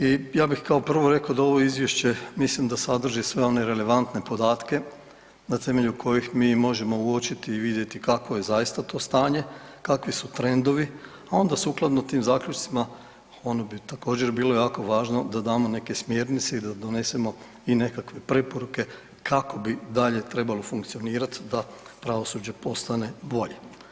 I ja bih kao prvo reko da ovo izvješće mislim da sadrži sve one relevantne podatke na temelju kojih mi možemo uočiti i vidjeti kakvo je zaista to stanje, kakvi su trendovi, a onda sukladno tim zaključcima onda bi također bilo jako važno da damo neke smjernice i da donesemo i nekakve preporuke kako bi dalje trebalo funkcionirat da pravosuđe postane bolje.